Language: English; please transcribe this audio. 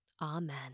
Amen